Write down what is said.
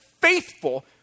faithful